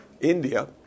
India